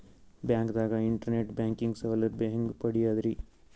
ಬ್ಯಾಂಕ್ದಾಗ internet banking ಸೌಲಭ್ಯ ಹೆಂಗ್ ಪಡಿಯದ್ರಿ?